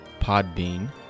Podbean